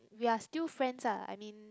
we are still friends ah I mean